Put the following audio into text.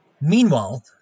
Meanwhile